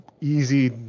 easy